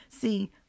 See